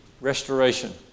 restoration